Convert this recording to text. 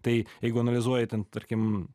tai jeigu analizuoji ten tarkim